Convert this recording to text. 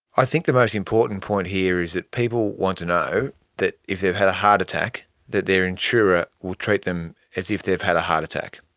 i think the most important point here is that people want to know that if they've had a heart attack that their insurer will treat them as if they've had a heart attack.